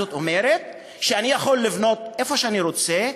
זאת אומרת שאני יכול לבנות איפה שאני רוצה,